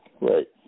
Right